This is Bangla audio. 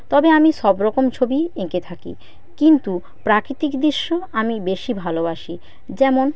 তবে আমি সবরকম ছবিই এঁকে থাকি কিন্তু প্রাকৃতিক দৃশ্য আমি বেশি ভালোবাসি যেমন